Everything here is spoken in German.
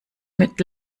mit